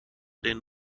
den